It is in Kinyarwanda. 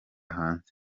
hanze